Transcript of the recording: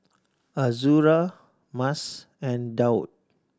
Azura Mas and Daud